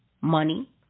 money